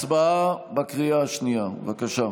הצבעה בקריאה השנייה, בבקשה.